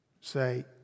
say